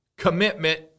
commitment